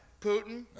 Putin